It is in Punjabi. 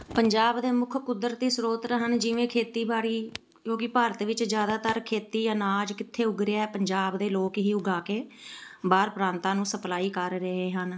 ਪੰਜਾਬ ਦੇ ਮੁੱਖ ਕੁਦਰਤੀ ਸਰੋਤਰ ਹਨ ਜਿਵੇਂ ਖੇਤੀਬਾੜੀ ਜੋ ਕਿ ਭਾਰਤ ਵਿੱਚ ਜ਼ਿਆਦਾਤਰ ਖੇਤੀ ਅਨਾਜ ਕਿੱਥੇ ਉੱਗ ਰਿਹਾ ਪੰਜਾਬ ਦੇ ਲੋਕ ਹੀ ਉਗਾ ਕੇ ਬਾਹਰ ਪ੍ਰਾਂਤਾਂ ਨੂੰ ਸਪਲਾਈ ਕਰ ਰਹੇ ਹਨ